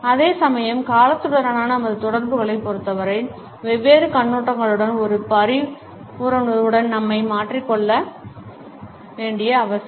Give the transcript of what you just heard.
அதே சமயம் காலத்துடனான நமது தொடர்புகளைப் பொருத்தவரை வெவ்வேறு கண்ணோட்டங்களுடன் ஒரு பரிவுணர்வுடன் நம்மை மாற்றிக் கொள்ள வேண்டிய அவசியம்